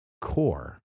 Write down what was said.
core